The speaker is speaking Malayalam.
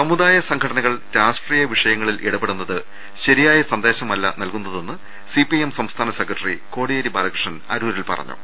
സമുദായ സംഘടനകൾ രാഷ്ട്രീയ വിഷയങ്ങളിൽ ഇടപെടുന്നത് ശരിയായ സന്ദേ ശമല്ല നൽകുന്നതെന്ന് സിപിഐഎം സംസ്ഥാന സെക്രട്ടറി കോടിയേരി ബാല കൃഷ്ണൻ അരൂരിൽ പറഞ്ഞു